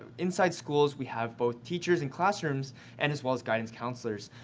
inside schools we have both teachers and classrooms and as well as guidance counsellors.